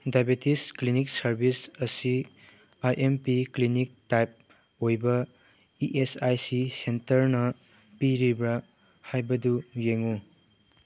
diabetes clinic service ꯑꯁꯤ I M P clinic type ꯑꯣꯏꯕ E S I C ꯁꯦꯟꯇꯔꯅ ꯄꯤꯔꯤꯕ꯭ꯔꯥ ꯍꯥꯏꯕꯗꯨ ꯌꯦꯡꯉꯨ